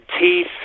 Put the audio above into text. teeth